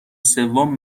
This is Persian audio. سوم